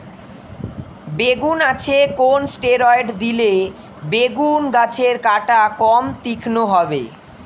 বেগুন গাছে কোন ষ্টেরয়েড দিলে বেগু গাছের কাঁটা কম তীক্ষ্ন হবে?